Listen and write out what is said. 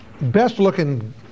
best-looking